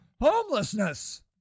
homelessness